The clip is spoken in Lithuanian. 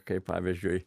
kaip pavyzdžiui